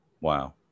Wow